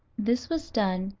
this was done,